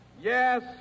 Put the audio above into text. yes